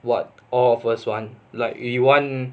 what all of us want like we want